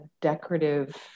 decorative